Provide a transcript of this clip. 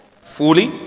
fully